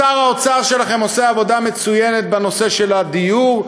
שר האוצר שלכם עושה עבודה מצוינת בנושא של הדיור,